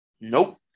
Nope